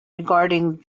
regarding